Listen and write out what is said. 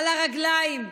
על הרגליים,